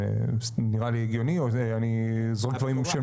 נראה לי הגיוני או שאני זורק דברים שהם